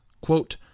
quote